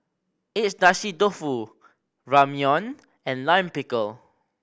Agedashi Dofu Ramyeon and Lime Pickle